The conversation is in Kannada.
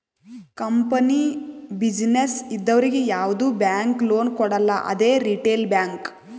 ಕಂಪನಿ, ಬಿಸಿನ್ನೆಸ್ ಇದ್ದವರಿಗ್ ಯಾವ್ದು ಬ್ಯಾಂಕ್ ಲೋನ್ ಕೊಡಲ್ಲ ಅದೇ ರಿಟೇಲ್ ಬ್ಯಾಂಕ್